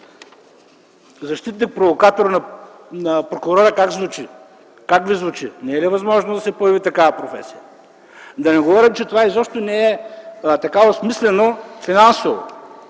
„защитник – провокатор на прокурора” как ви звучи? Не е ли възможно да се появи такава професия? Да не говорим, че това изобщо не е осмислено финансово.